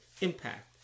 Impact